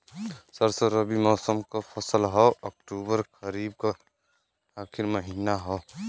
सरसो रबी मौसम क फसल हव अक्टूबर खरीफ क आखिर महीना हव